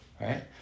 right